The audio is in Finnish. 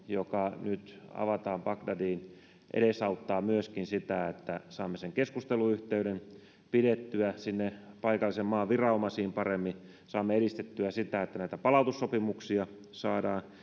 joka nyt avataan bagdadiin edesauttaa myöskin sitä että saamme pidettyä sen keskusteluyhteyden sinne paikallisen maan viranomaisiin paremmin saamme edistettyä sitä että näitä palautussopimuksia saadaan